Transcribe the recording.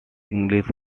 english